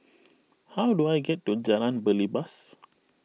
how do I get to Jalan Belibas